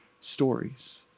stories